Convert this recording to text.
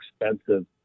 expensive